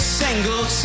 single